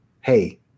hey